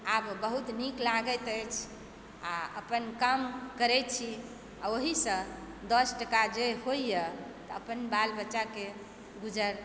आब बहुत नीक लागैत अछि आओर अपन काम करैत छी आओर ओहिसँ दस टाका जे होइए तऽ अपन बाल बच्चाकेँ गुजर